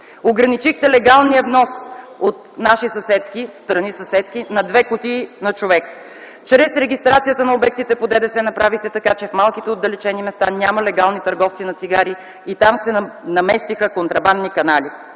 Ограничихте легалния внос от наши страни-съседки на две кутии на човек. Чрез регистрацията на обектите по ДДС направихте така, че в малките отдалечени места няма легални търговци на цигари и там се наместиха контрабандни канали.